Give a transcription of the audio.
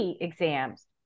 exams